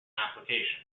application